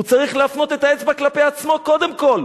הוא צריך להפנות את האצבע כלפי עצמו, קודם כול.